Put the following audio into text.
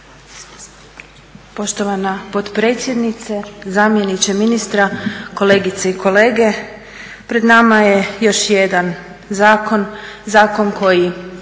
Poštovana potpredsjednice, zamjeniče ministra, kolegice i kolege. Pred nama je još jedan zakon, zakon koji